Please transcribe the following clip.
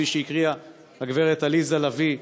כפי שהקריאה הגברת עליזה לביא,